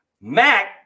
Mac